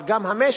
אבל גם המשק